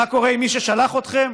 מה קורה עם מי ששלח אתכם?